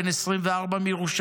בן 24 מירושלים,